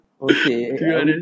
Okay